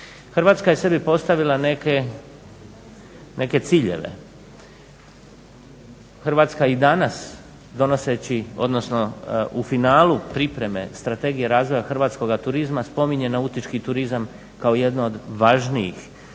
Hrvatska je sebi postavila neke ciljeve. Hrvatska i danas donoseći, odnosno u finalu pripreme Strategije razvoja hrvatskoga turizma spominje nautički turizam kao jedan od važnijih